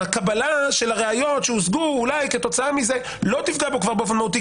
הקבלה של הראיות שהושגו אולי כתוצאה מזה לא תפגע בו כבר באופן מהותי,